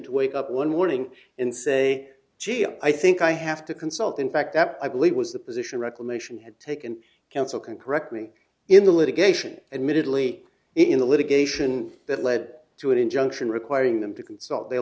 to wake up one morning and say gee i think i have to consult in fact i believe was the position reclamation had taken counsel can correct me in the litigation and minutely in the litigation that led to an injunction requiring them to consult the